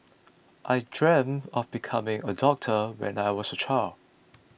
I dreamt of becoming a doctor when I was a child